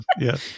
yes